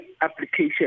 application